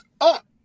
up